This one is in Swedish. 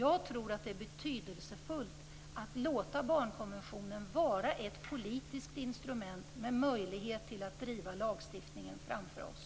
Jag tror att det är betydelsefullt att låta barnkonventionen vara ett politiskt instrument med möjlighet till att driva lagstiftningen framför oss.